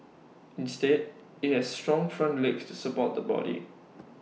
instead IT has strong front legs to support the body